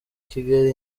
kigali